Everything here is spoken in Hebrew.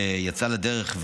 שיצאה לדרך,